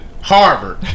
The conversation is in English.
Harvard